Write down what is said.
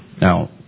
Now